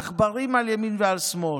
עכברים על ימין ועל שמאל,